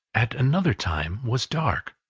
at another time was dark,